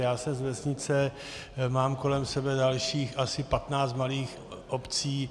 Já jsem z vesnice, mám kolem sebe dalších asi 15 malých obcí.